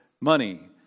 money